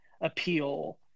appeal